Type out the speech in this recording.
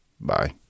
bye